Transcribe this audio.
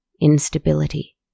instability